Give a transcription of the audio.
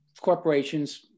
corporations